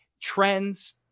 trends